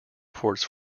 ports